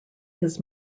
his